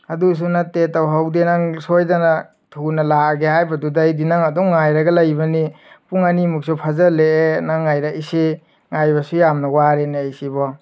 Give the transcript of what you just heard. ꯑꯗꯨꯁꯨ ꯅꯠꯇꯦ ꯇꯧꯍꯧꯗꯦ ꯅꯪ ꯁꯣꯏꯗꯅ ꯊꯨꯅ ꯂꯥꯛꯑꯒꯦ ꯍꯥꯏꯕꯗꯨꯗ ꯑꯩꯗꯤ ꯅꯪ ꯑꯗꯨꯝ ꯉꯥꯏꯔꯒ ꯂꯩꯕꯅꯤ ꯄꯨꯡ ꯑꯅꯤꯃꯨꯛꯁꯨ ꯐꯥꯖꯤꯜꯂꯛꯑꯦ ꯅꯪ ꯉꯥꯏꯔꯛꯏꯁꯦ ꯉꯥꯏꯕꯁꯨ ꯌꯥꯝꯅ ꯋꯥꯔꯦꯅꯦ ꯑꯩꯁꯤꯕꯣ